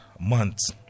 months